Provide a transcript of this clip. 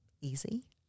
easy